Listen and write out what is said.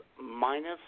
Minus